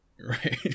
Right